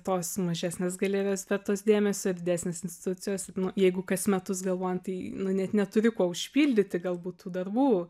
tos mažesnės galerijos vertos dėmesio didesnės institucijos jeigu kas metus galvojant tai nu net neturi kuo užpildyti galbūt tų darbų